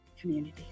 community